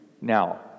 now